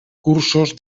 cursos